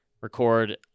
record